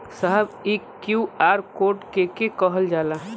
साहब इ QR code के के कहल जाला?